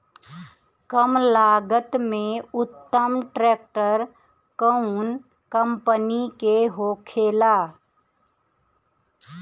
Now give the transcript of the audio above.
कम लागत में उत्तम ट्रैक्टर कउन कम्पनी के होखेला?